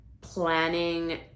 planning